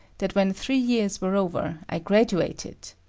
that when three years were over, i graduated?